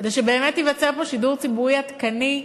כדי שבאמת ייווצר פה שידור ציבורי עדכני,